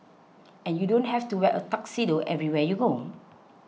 and you don't have to wear a tuxedo everywhere you go